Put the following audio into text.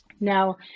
Now